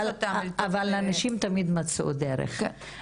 אבל הנשים תמיד מצאו דרך.